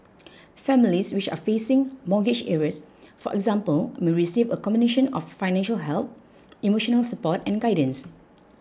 families which are facing mortgage arrears for example may receive a combination of financial help emotional support and guidance